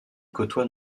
côtoie